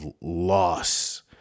loss